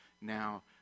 Now